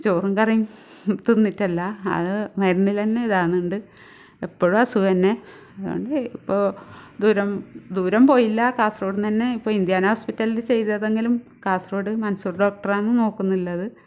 ചോറ് കറിയും തിന്നിട്ടല്ല അത് മരുന്നിൽ തന്നെ ഇതാകുന്നുണ്ട് എപ്പോഴും അസുഖം തന്നെ അതുകൊണ്ട് ഇപ്പോൾ ദൂരം ദൂരം പോയില്ല കാസർഗോഡ് നിന്നുതന്നെ ഇപ്പം ഇന്ത്യാന ഹോസ്പിറ്റലിൽ ചെയ്തതെങ്കിലും കാസർഗോഡ് മൻസൂർ ഡോക്ടർ ആണ് നോക്കുന്നുള്ളത്